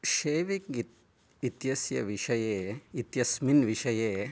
shaving इत्यस्य विषये इत्यस्मिन् विषये